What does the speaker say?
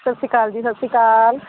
ਸਤਿ ਸ਼੍ਰੀ ਅਕਾਲ ਜੀ ਸਤਿ ਸ਼੍ਰੀ ਅਕਾਲ